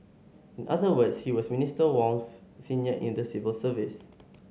in other words he was Minister Wong's senior in the civil service